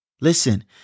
Listen